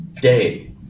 day